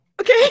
okay